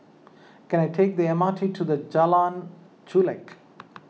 can I take the M R T to Jalan Chulek